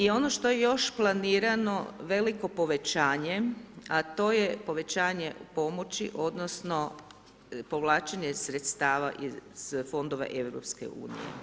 I ono što je još planirano veliko povećanje, a to je povećanje pomoći, odnosno, povlačenje sredstava iz fondova EU.